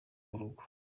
urugo